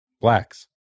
blacks